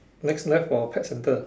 next left for pet centre